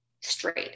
straight